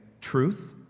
truth